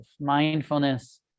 mindfulness